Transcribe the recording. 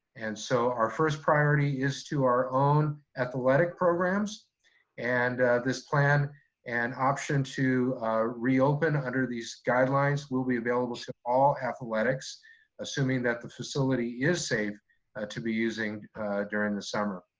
and so, our first priority is to our own athletic programs and this plan and option to reopen under these guidelines will be available to all athletics assuming that the facility is safe to be using during the summer.